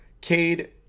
Cade